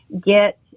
get